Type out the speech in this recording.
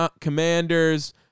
Commanders